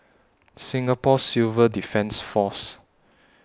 Singapore Civil Defence Force